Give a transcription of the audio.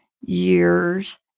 years